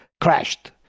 crashed